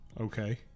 Okay